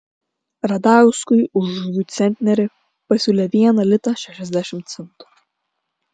radauskui už rugių centnerį pasiūlė vieną litą šešiasdešimt centų